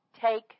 take